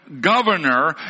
governor